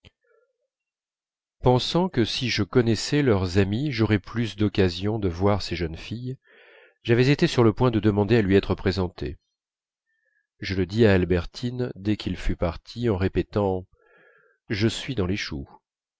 pensant que si je connaissais leurs amis j'aurais plus d'occasions de voir ces jeunes filles j'avais été sur le point de lui demander à être présenté je le dis à albertine dès qu'il fut parti en répétant je suis dans les choux